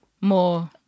More